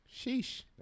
Sheesh